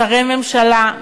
שרי ממשלה,